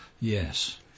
Yes